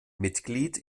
mitglied